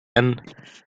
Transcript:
and